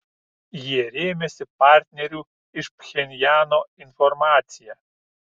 jie rėmėsi partnerių iš pchenjano informacija